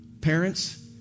parents